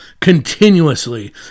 continuously